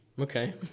Okay